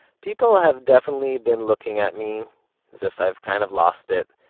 people have definitely been looking at me, as if i've kind of lost it,